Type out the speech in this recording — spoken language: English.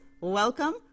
welcome